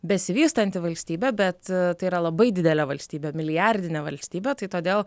besivystanti valstybė bet tai yra labai didelė valstybė milijardinė valstybė tai todėl